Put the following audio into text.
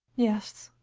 yes.